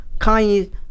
Kanye